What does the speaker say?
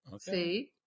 See